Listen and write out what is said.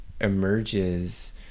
emerges